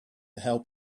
help